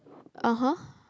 (uh huh)